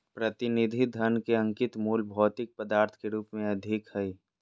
प्रतिनिधि धन के अंकित मूल्य भौतिक पदार्थ के रूप में अधिक हइ